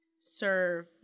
serve